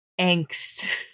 angst